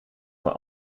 voor